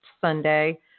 Sunday